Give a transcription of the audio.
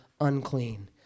unclean